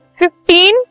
15